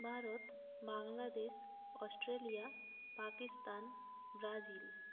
Bharat Bangladesh Australia Pakistan Brazil